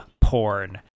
porn